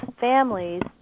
families